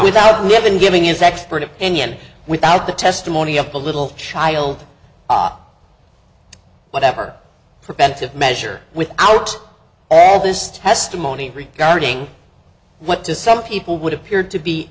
without we have been giving is expert opinion without the testimony of a little child whatever preventive measure without all this testimony regarding what to some people would appear to be